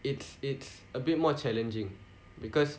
it's it's a bit more challenging because